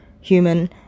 human